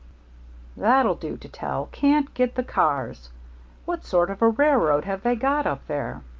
that'll do to tell. can't get the cars what sort of a railroad have they got up there?